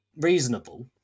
reasonable